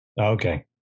okay